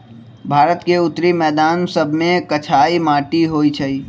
भारत के उत्तरी मैदान सभमें कछार माटि होइ छइ